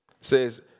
Says